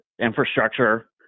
infrastructure